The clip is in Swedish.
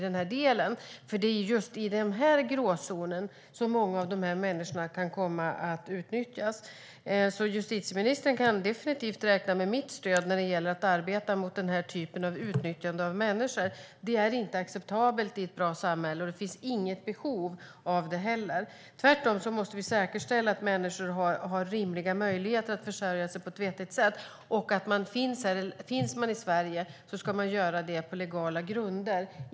Det är just i denna gråzon som många av dessa människor kan komma att utnyttjas. Justitieministern kan definitivt räkna med mitt stöd i arbetet mot denna typ av utnyttjande av människor. Det är inte acceptabelt i ett bra samhälle, och det finns inget behov av det heller. Tvärtom måste vi säkerställa att människor har rimliga möjligheter att försörja sig på ett vettigt sätt. Är man i Sverige ska man vara det på legala grunder.